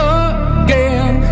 again